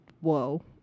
whoa